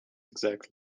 exact